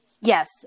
yes